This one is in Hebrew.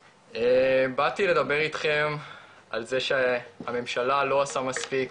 באתי לדבר איתכם על זה שהממשלה לא עושה מספיק